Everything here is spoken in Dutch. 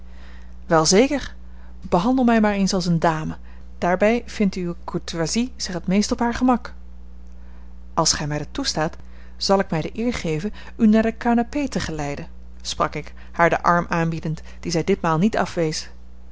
wel zeker behandel mij maar eens als eene dame daarbij vindt uwe courtoisie zich het meest op haar gemak als gij mij dat toestaat zal ik mij de eer geven u naar de canapé te geleiden sprak ik haar den arm aanbiedend dien zij ditmaal niet afwees